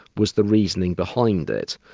was the reasoning behind it.